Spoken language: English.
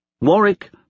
Warwick